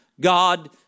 God